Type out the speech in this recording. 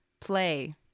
play